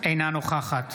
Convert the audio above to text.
אינה נוכחת